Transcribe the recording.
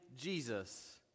Jesus